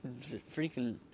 freaking